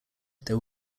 there